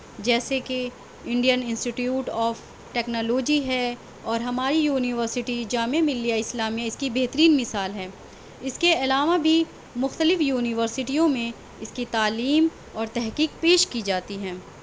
جیسے کہ Indian Institute of Technology ہے اور ہماری یونیورسٹی جامعہ ملیہ اسلامیہ اس کی بہترین مثال ہیں اس کے علاوہ بھی مختلف یونیوسٹیوں میں اس کی تعلیم اور تحقیق پیش کی جاتی ہیں